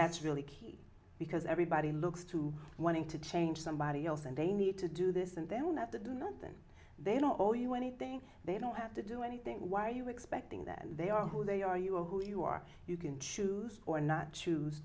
that's really key because everybody looks to one into change somebody else and they need to do this and then when that did not then they don't owe you anything they don't have to do anything why are you expecting that they are who they are you are who you are you can choose or not choose